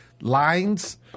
lines